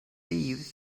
thieves